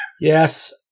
Yes